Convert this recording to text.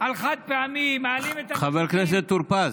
על חד-פעמי, מעלים את המחירים, חבר הכנסת טור פז,